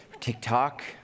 TikTok